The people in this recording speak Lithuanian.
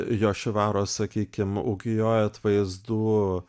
jošivaros sakykim ukijojo atvaizdų